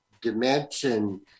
dimension